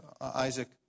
Isaac